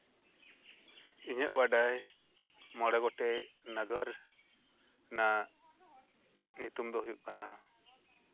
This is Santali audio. ᱤᱧᱟᱹᱜ ᱵᱟᱰᱟᱭ ᱢᱚᱬᱮ ᱜᱚᱴᱮᱡ ᱱᱟᱜᱟᱨ ᱨᱮᱭᱟᱜ ᱧᱩᱛᱩᱢ ᱫᱚ ᱦᱩᱭᱩᱜ ᱠᱟᱱᱟ